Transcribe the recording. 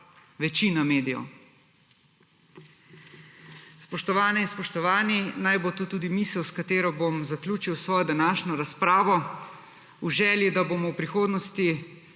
večina medijev.« Spoštovane in spoštovani! Naj bo to tudi misel s katero bom zaključil svojo današnjo razpravo v želji, da bomo v prihodnosti